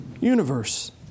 universe